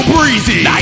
Breezy